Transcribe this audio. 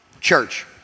church